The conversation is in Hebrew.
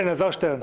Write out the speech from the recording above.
אלעזר שטרן,